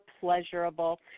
pleasurable